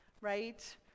right